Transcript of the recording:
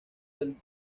del